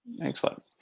Excellent